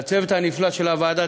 לצוות הנפלא של הוועדה,